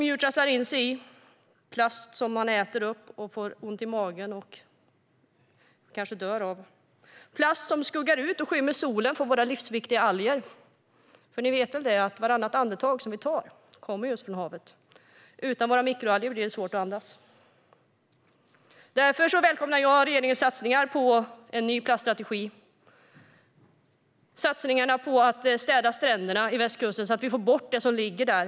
Djur trasslar in sig i plasten, äter upp den och får ont i magen och kanske dör av den. Plasten ger skugga och skymmer solen för våra livsviktiga alger. Vartannat andetag som vi tar kommer ifrån havet. Utan våra mikroalger blir det svårt att andas. Därför välkomnar jag regeringens satsningar på en ny plaststrategi och på städning av stränderna på västkusten för att få bort den plast som ligger där.